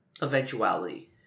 eventuality